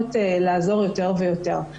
מצליחות לעזור יותר ויותר.